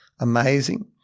amazing